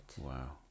wow